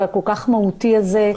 היושב-ראש,